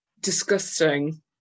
disgusting